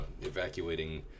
Evacuating